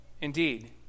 Indeed